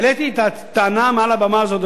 העליתי מעל הבמה הזאת את הטענה,